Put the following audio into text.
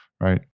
right